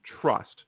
trust